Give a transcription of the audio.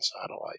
satellite